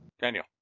Daniel